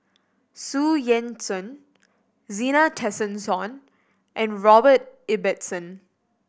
Xu Yuan Zhen Zena Tessensohn and Robert Ibbetson